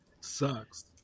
Sucks